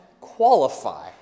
qualify